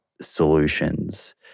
solutions